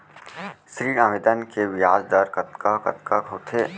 ऋण आवेदन के ब्याज दर कतका कतका होथे?